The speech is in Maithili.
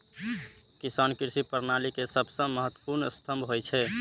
किसान कृषि प्रणाली के सबसं महत्वपूर्ण स्तंभ होइ छै